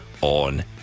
on